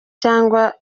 cyangwa